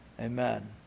Amen